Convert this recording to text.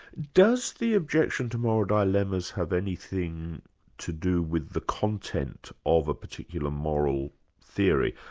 does the objection to moral dilemmas have anything to do with the content of a particular moral theory?